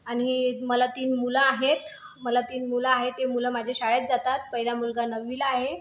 आणि मला तीन मुलं आहेत मला तीन मुलं आहेत ते मुलं माझे शाळेत जातात पहिला मुलगा नववीला आहे